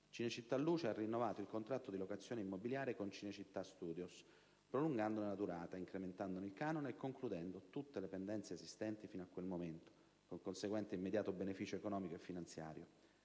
Cinecittà Luce ha rinnovato il contratto di locazione immobiliare con Cinecittà Studios, prolungandone la durata, incrementandone il canone e concludendo tutte le pendenze esistenti fino a quel momento, con conseguente immediato beneficio economico e finanziario.